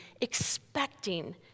expecting